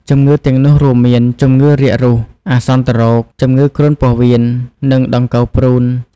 ជំងឺទាំងនោះរួមមាន ជំងឺរាគរូស អាសន្នរោគ ជំងឺគ្រុនពោះវៀន និងដង្កូវព្រូន។